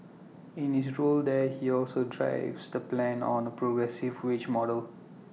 in his role there he also drives the plans on A progressive wage model